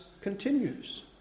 continues